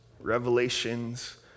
Revelations